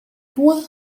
toi